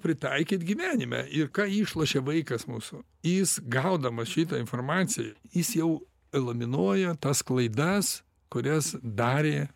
pritaikyt gyvenime ir ką išlošia vaikas mūsų jis gaudamas šitą informaciją jis jau laminuoja tas klaidas kurias darė